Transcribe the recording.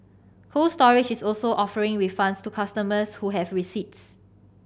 Cold Storage is also offering refunds to customers who have receipts